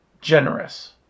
generous